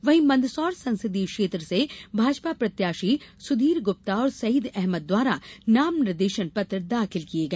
वहीं मंदसौर संसदीय क्षेत्र से भाजपा प्रत्याशी सुधीर गुप्ता और सईद अहमद द्वारा नाम निर्देशन पत्र दाखिल किया गया